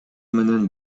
менен